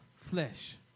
flesh